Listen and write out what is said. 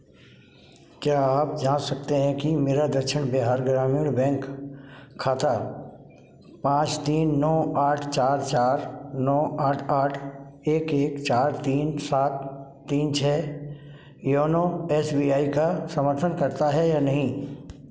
क्या आप जाँच सकते हैं कि मेरा दक्षिण बिहार ग्रामीण बैंक खाता पाँच तीन नौ आठ चार चार नौ आठ आठ एक एक चार तीन सात तीन छः योनो एस बी आई का समर्थन करता है या नहीं